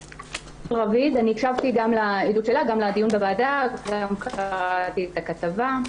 אני הקשתי גם לעדות של רביד וגם לדיון בוועדה וגם קראתי את הכתבה.